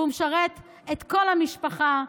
והוא משרת את כל המשפחה,